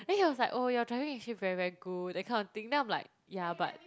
then he was like oh your driving is actually very very good that kind of thing then I'm like yeah but